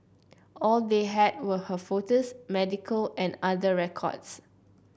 all they had were her photos medical and other records